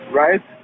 right